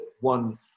one